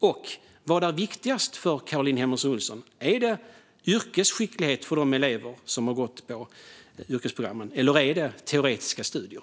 Och vad är viktigast för Caroline Helmersson Olsson: yrkesskicklighet för de elever som har gått på yrkesprogrammen eller teoretiska studier?